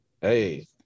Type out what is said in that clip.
hey